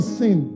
sin